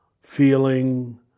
feeling